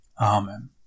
Amen